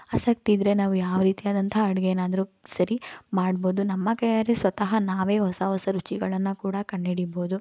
ಆಸಕ್ತಿ ಇದ್ದರೆ ನಾವು ಯಾವ ರೀತಿಯಾದಂತಹ ಅಡುಗೆಯಾದ್ರೂ ಸರಿ ಮಾಡ್ಬೋದು ನಮ್ಮ ಕೈಯ್ಯಲ್ಲಿ ಸ್ವತಃ ನಾವೇ ಹೊಸ ಹೊಸ ರುಚಿಗಳನ್ನು ಕೂಡ ಕಂಡಿಡಿಬೋದು